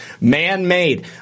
man-made